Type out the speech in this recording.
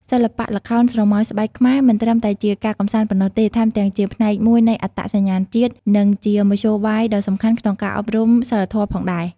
សិល្បៈល្ខោនស្រមោលស្បែកខ្មែរ មិនត្រឹមតែជាការកម្សាន្តប៉ុណ្ណោះទេ ថែមទាំងជាផ្នែកមួយនៃអត្តសញ្ញាណជាតិ និងជាមធ្យោបាយដ៏សំខាន់ក្នុងការអប់រំសីលធម៌ផងដែរ។